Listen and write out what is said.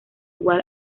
igual